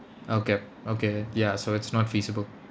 okay okay ya so it's not feasible